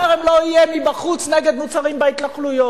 החרם לא יהיה מבחוץ נגד מוצרים בהתנחלויות.